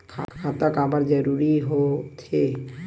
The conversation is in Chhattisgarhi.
खाता काबर जरूरी हो थे?